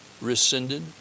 rescinded